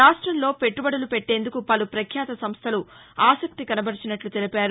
రాష్టంలో పెట్టుబడులు పెట్టేందుకు పలు ప్రభ్యాత సంస్థలు ఆసక్తి కనబర్చినట్ల తెలిపారు